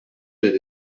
that